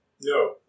No